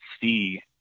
see